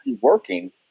working